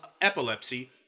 epilepsy